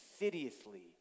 insidiously